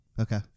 Okay